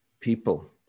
People